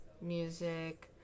music